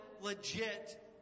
legit